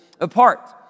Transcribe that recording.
apart